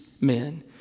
men